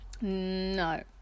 No